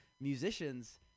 musicians